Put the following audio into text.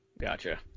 Gotcha